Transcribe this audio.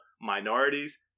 minorities